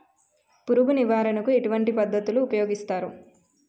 పురుగు నివారణ కు ఎటువంటి పద్ధతులు ఊపయోగిస్తారు?